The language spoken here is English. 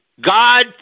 God